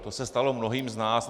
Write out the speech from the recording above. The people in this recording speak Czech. To se stalo mnohým z nás.